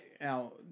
now